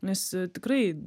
nes tikrai